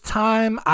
time